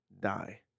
Die